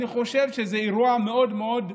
אני חושב שזה אירוע מאוד מאוד,